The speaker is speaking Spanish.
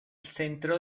centro